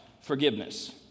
forgiveness